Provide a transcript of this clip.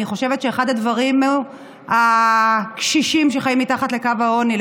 ואני חושבת שאחד הדברים הוא הקשישים שחיים מתחת לקו העוני.